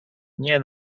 nie